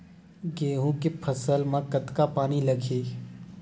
गेहूं के फसल म कतका पानी लगही?